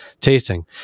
tasting